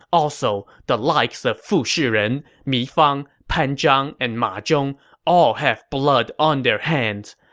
also, the likes of fu shiren, mi fang, pan zhang, and ma zhong all have blood on their hands.